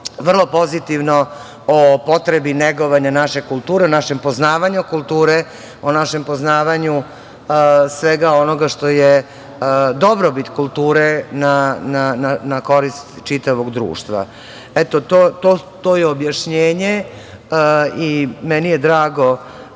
vrlo pozitivno o potrebi negovanja naše kulture, našem poznavanju kulture, o našem poznavanju svega onoga što je dobrobit kulture na korist čitavog društva. Eto, to je objašnjenje. Meni je drago